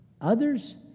others